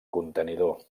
contenidor